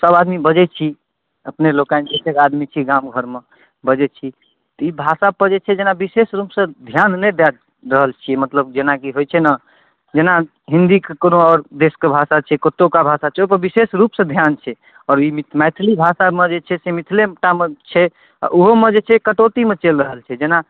सब आदमी बजै छी अपने लोकनि जतेक आदमी छी गामघरमे बजै छी तऽ ई भाषापर जे छै जेना विशेष रूपसँ धिआन नहि दऽ रहल छिए मतलब जेना कि होइ छै ने जेना हिन्दीके कोनो आओर देशके भाषा छै कतौका भाषा छिए ओहिपर विशेष रूपसँ धिआन छै अभी मैथिली भाषामे जे छै से मिथिलेटामे छै आओर ओहोमे जे छै कटौतीमे चलि रहल छै जेना